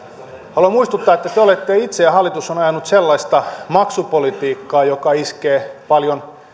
haluan muistuttaa että te olette itse ajaneet hallitus on on ajanut sellaista maksupolitiikkaa joka iskee paljon